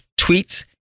Tweets